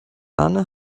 arne